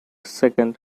second